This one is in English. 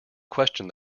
question